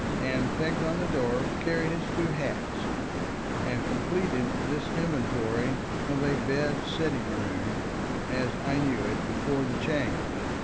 and pegs on the door carried his two hats and completed this inventory of a bed-sitting-room as i knew it before the change.